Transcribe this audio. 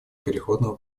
переходного